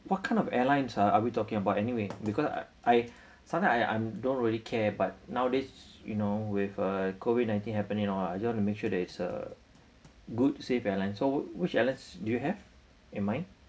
what kind of airlines ah are we talking about anyway because I I sometime I I don't really care but nowadays you know with uh COVID nineteen happening all I just want to make sure that is a good safe airline so which airlines do you have in mind